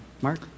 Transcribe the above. Mark